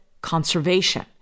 conservation